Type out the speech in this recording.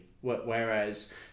whereas